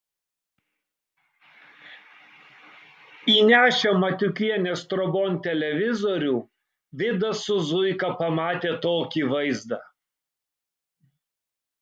įnešę matiukienės trobon televizorių vidas su zuika pamatė tokį vaizdą